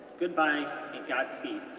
goodbye and godspeed,